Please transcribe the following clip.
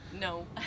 No